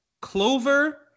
Clover